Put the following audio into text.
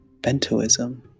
Bentoism